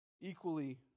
Equally